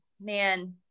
man